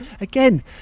Again